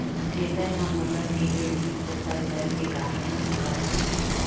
चेतन ह मोला केहे रिहिस ओखर घर के गाय ह गाभिन हे